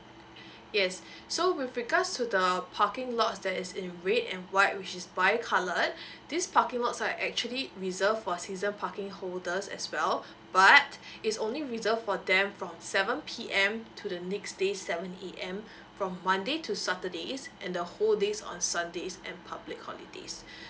yes so with regards to the parking lots that is in red and white which is bi colored this parking lots are actually reserved for season parking holders as well but it's only reserve for them from seven P_M to the next day seven A_M from monday to saturdays and the whole days on sundays and public holidays